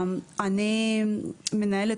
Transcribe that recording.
אני מנהלת